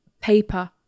paper